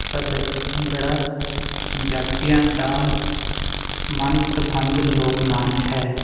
ਭੰਗੜ ਭੰਗੜਾ ਪੰਜਾਬੀਆਂ ਦਾ ਮਨਪਸੰਦ ਲੋਕ ਨਾਚ ਹੈ